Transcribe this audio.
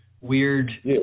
weird